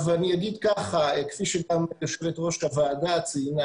כפי שגם יושבת-ראש הוועדה ציינה,